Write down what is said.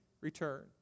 return